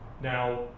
Now